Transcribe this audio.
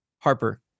Harper